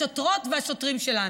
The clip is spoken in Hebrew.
השוטרות והשוטרים שלנו.